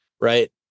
right